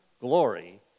glory